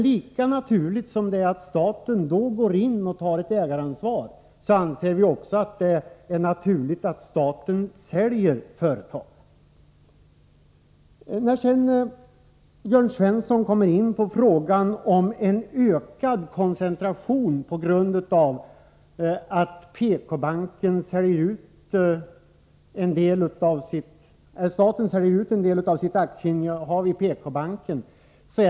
Lika naturligt som det är att staten i sådana fall tar ett ägaransvar anser vi det emellertid vara att staten säljer företag. Jörn Svensson menar att det medför en ökad koncentration att staten säljer ut en del av sitt aktieinnehav i PK-banken.